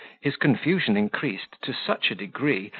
his confusion increased to such a degree,